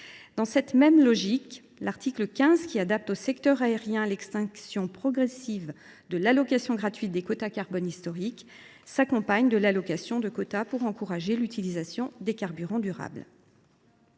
carbone. De même, l’article 15 adapte au secteur aérien l’extinction progressive de l’allocation gratuite des quotas carbone historique. Cette dernière s’accompagne de l’allocation de quotas pour encourager l’utilisation de carburants durables.